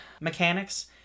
mechanics